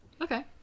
Okay